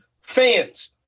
fans